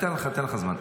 אתן לך זמן.